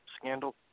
scandal